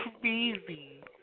crazy